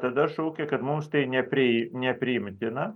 tada šaukia kad mums tai nepriei nepriimtina